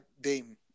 Dame